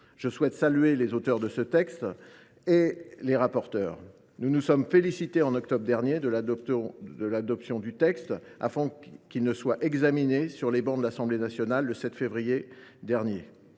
Je souhaite saluer les auteurs de ce texte et ses rapporteurs. Nous nous sommes félicités en octobre dernier d’avoir adopté ce texte, avant qu’il ne soit examiné par l’Assemblée nationale, le 7 février 2024.